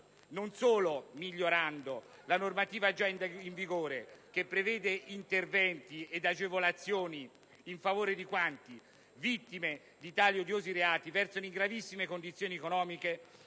non solo migliorando la normativa già in vigore, che prevede interventi ed agevolazioni in favore di quanti, vittime di tali odiosi reati, versano in gravissime condizioni economiche,